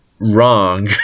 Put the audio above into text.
wrong